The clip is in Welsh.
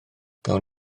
gawn